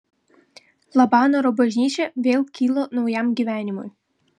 labanoro bažnyčia vėl kyla naujam gyvenimui